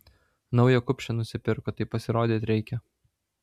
naują kupšę nusipirko tai pasirodyt reikia